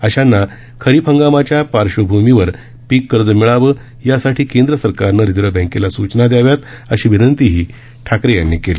अशांना खरीप हंगामाच्या पार्श्वभूमीवर पीक कर्ज मिळावं यासाठी केंद्र सरकारनं रिझर्व्ह बँकेला सुचना दयाव्यात अशी विनंतीही ठाकरे यांनी केली